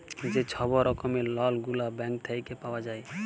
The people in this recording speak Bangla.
যে ছব রকমের লল গুলা ব্যাংক থ্যাইকে পাউয়া যায়